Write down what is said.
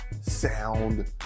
sound